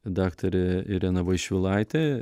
daktarė irena vaišvilaitė